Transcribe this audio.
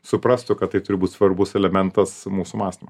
suprastų kad tai turi būt svarbus elementas mūsų mąstymo